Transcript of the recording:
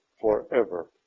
forever